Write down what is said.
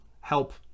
help